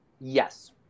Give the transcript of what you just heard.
yes